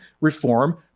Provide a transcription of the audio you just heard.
reform